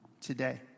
today